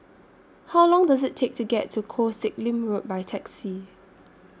How Long Does IT Take to get to Koh Sek Lim Road By Taxi